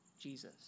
Jesus